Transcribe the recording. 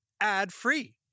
ad-free